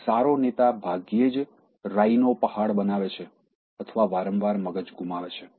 એક સારો નેતા ભાગ્યે જ રાઈ નો પહાડ બનાવે છે અથવા વારંવાર મગજ ગુમાવે છે